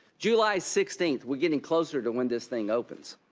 july sixteenth we get and closer to when this thing opens.